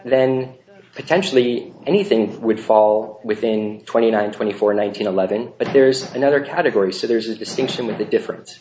then potentially anything would fall within twenty nine twenty four nineteen eleven but there's another category so there's a distinction with a difference